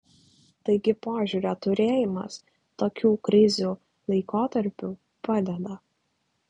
taigi požiūrio turėjimas tokių krizių laikotarpiu padeda